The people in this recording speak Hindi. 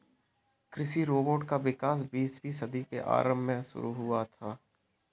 कृषि रोबोट का विकास बीसवीं सदी के आरंभ में शुरू हुआ था